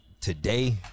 today